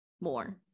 more